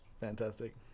Fantastic